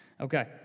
Okay